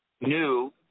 new